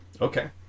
okay